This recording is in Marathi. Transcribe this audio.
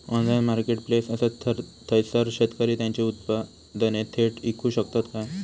ऑनलाइन मार्केटप्लेस असा थयसर शेतकरी त्यांची उत्पादने थेट इकू शकतत काय?